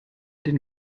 den